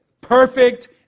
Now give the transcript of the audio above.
Perfect